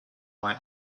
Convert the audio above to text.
why